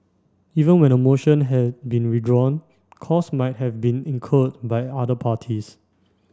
even when a motion had been withdrawn costs might have been incurred by other parties